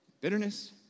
bitterness